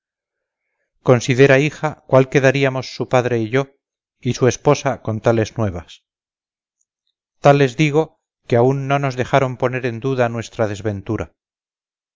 considera hija cuál quedaríamos su padre y yo y su esposa con tales nuevas tales digo que aún no nos dejaron poner en duda nuestra desventura